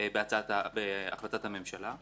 בהחלטת המשלה,